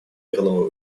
мирного